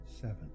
Seven